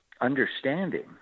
understanding